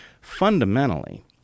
fundamentally